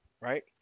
Right